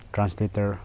translator